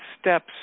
steps